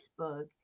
Facebook